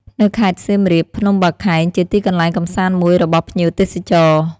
នៅខេត្តសៀមរាប ភ្នំបាខែងជាទីកន្លែងកំសាន្តមួយរបស់ភ្ញៀវទេសចរ ។